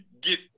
Get